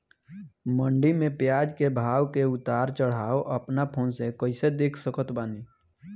मंडी मे प्याज के भाव के उतार चढ़ाव अपना फोन से कइसे देख सकत बानी?